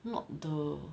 not the